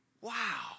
Wow